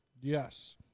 Yes